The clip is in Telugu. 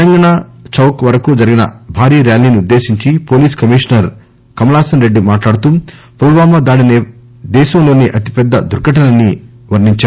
తెలంగాణ చౌక్ వరకు జరిగిన భారీ ర్యాలీని ఉద్దేశించి పోలీసు కమిషనర్ కమలాసన్ రెడ్డి మాట్లాడుతూ పుల్యామా దాడి దేశంలోసే అతిపెద్ద దుర్ఘటన అని అన్నారు